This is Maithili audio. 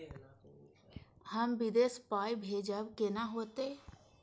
हम विदेश पाय भेजब कैना होते?